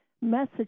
message